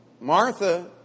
Martha